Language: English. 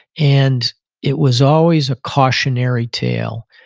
and it was always a cautionary tale.